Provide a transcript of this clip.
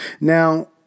Now